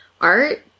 art